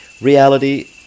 reality